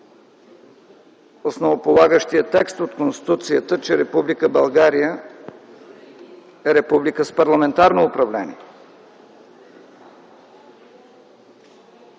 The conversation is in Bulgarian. основополагащия текст от Конституцията, че Република България е република с парламентарно управление.